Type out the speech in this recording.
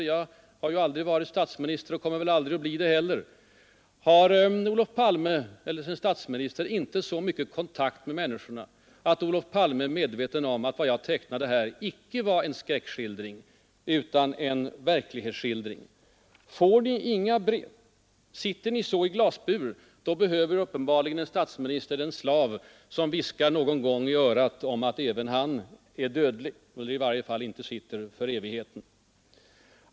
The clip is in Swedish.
Jag har aldrig varit statsminister och kommer väl aldrig att bli det heller, men har Olof Palme som statsminister inte så mycket kontakt med människorna att han är medveten om att vad jag tecknade inte var en skräckskildring utan en verklighetsskildring? Får Ni inga brev? Sitter Ni i glasbur? Då behöver uppenbarligen en statsminister en slav som någon gång viskar i hans öra att även han är dödlig — eller i varje fall inte sitter i evighet.